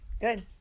good